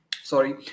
Sorry